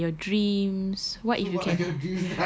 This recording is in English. like what are your dreams what if you can